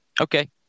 okay